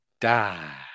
die